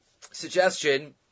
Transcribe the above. suggestion